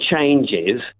changes